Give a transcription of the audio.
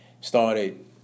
started